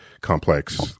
complex